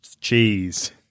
cheese